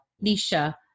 Lisa